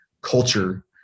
culture